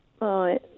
Right